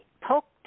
poked